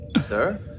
Sir